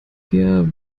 wir